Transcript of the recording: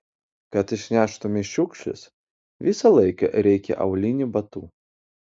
kad išneštumei šiukšles visą laiką reikia aulinių batų